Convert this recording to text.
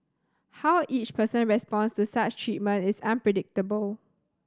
how each person responds to such treatment is unpredictable